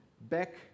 back